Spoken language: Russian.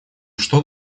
что